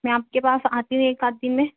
میں آپ کے پاس آتی ہوں ایک آدھے دِن میں